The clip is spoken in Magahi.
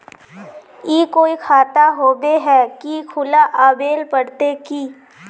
ई कोई खाता होबे है की खुला आबेल पड़ते की?